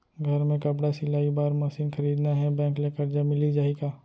घर मे कपड़ा सिलाई बार मशीन खरीदना हे बैंक ले करजा मिलिस जाही का?